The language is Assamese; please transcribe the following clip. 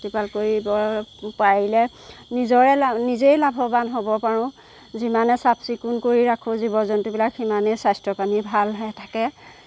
প্ৰতিপাল কৰিবৰ পাৰিলে নিজৰে লাভ নিজেই লাভৱান হ'ব পাৰো যিমানে চাফ চিকুণ কৰি ৰাখো জীৱ জন্তুবিলাক সিমানেই স্বাস্থ্য পানী ভাল হৈ থাকে